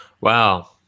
Wow